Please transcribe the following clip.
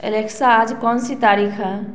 Alexa आज कौन सी तारीख है